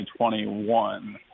2021